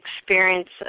experiences